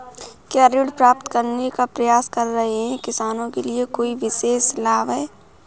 क्या ऋण प्राप्त करने का प्रयास कर रहे किसानों के लिए कोई विशेष लाभ हैं?